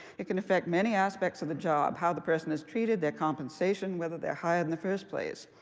it can affect many aspects of the job how the person is treated, their compensation, whether they're hired in the first place.